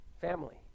Family